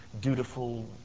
dutiful